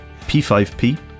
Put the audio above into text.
P5P